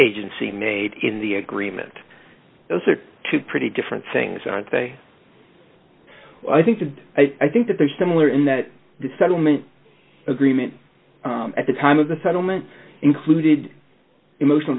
agency made in the agreement those are two pretty different things aren't they i think the i think that they're similar in that the settlement agreement at the time of the settlement included emotional